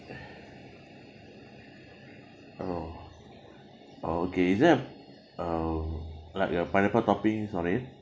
oh oh okay is there a uh like a pineapple toppings on it